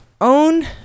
own